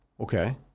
Okay